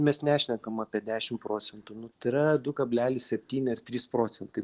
mes nešnekam apie dešimt procentų nu tai yra du kablelis septyni ar trys procentai